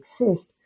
exist